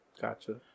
Gotcha